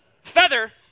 feather